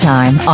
Time